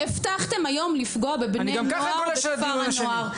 הבטחתם היום לפגוע בבני נוער בכפר הנוער,